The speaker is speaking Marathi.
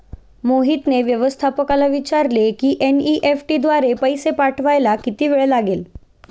मोहितने व्यवस्थापकाला विचारले की एन.ई.एफ.टी द्वारे पैसे पाठवायला किती वेळ लागेल